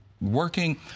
working